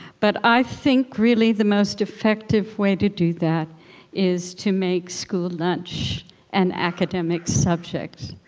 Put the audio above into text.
but i think really the most effective way to do that is to make school lunch an academic subject,